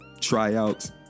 tryouts